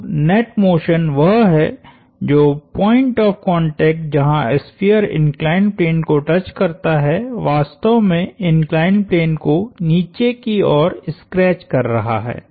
तो net motion वह है जो पॉइंट ऑफ़ कांटेक्ट जहां स्फीयर इंक्लाइंड प्लेन को टच करता है वास्तव में इंक्लाइंड प्लेन को नीचे की ओर स्क्रैच कर रहा है